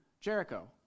Jericho